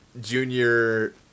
Junior